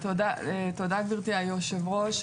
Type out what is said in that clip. תודה, גברתי היושבת-ראש.